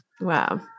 Wow